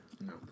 No